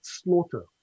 slaughter